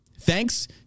Thanks